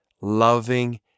loving